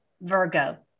Virgo